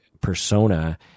persona